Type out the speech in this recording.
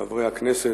חברי הכנסת,